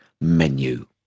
menu